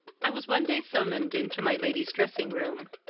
i was one day summoned into my lady's dressing-room.